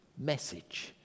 message